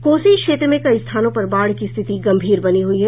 कोसी क्षेत्र में कई स्थानों पर बाढ़ की स्थिति गम्भीर बनी हुई है